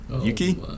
Yuki